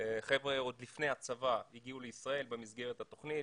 חבר'ה שעוד לפני הצבא הגיעו לישראל במסגרת התכנית,